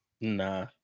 Nah